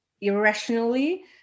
irrationally